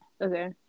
Okay